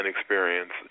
experience